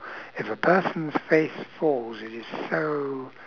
if the person's face falls it is so